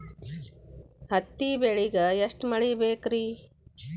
ಹತ್ತಿ ಬೆಳಿಗ ಎಷ್ಟ ಮಳಿ ಬೇಕ್ ರಿ?